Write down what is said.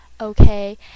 Okay